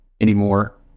anymore